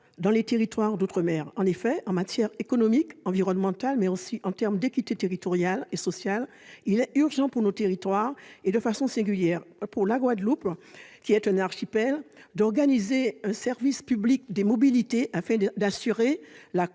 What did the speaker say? dans les territoires d'outre-mer. En effet, en matière économique, environnementale, mais aussi en termes d'équité territoriale et sociale, il est urgent pour nos territoires et plus singulièrement pour la Guadeloupe, qui est un archipel, d'organiser un service public des mobilités afin d'assurer la